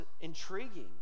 intriguing